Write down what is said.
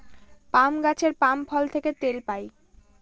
পাম গাছের পাম ফল থেকে তেল পাই